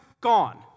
gone